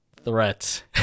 threats